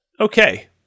Okay